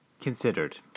considered